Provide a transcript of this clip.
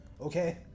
Okay